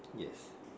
yes